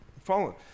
following